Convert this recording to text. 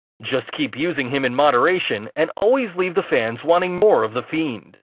just keep using him in moderation and always leave the fans wanting more of the fiend.